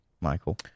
Michael